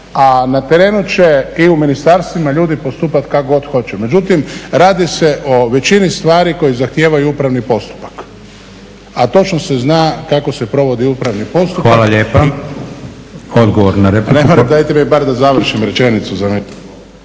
a na terenu će i u ministarstvima ljudi postupati kako god hoće. Međutim, radi se o većini stvari koje zahtijevaju upravni postupak a točno se zna kako se provodi upravni postupak i… …/Upadica PREDSJEDNIK: Hvala lijepa. I odgovor na repliku./… Pa dajte mi bar da završim rečenicu. **Leko,